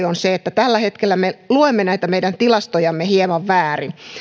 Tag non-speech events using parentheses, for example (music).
(unintelligible) on se että tällä hetkellä me luemme näitä meidän tilastojamme hieman väärin